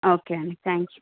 okay అండి thanks